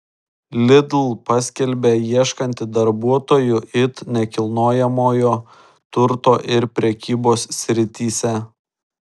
lidl paskelbė ieškanti darbuotojų it nekilnojamojo turto ir prekybos srityse